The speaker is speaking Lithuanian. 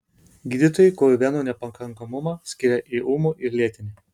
gydytojai kojų venų nepakankamumą skiria į ūmų ir lėtinį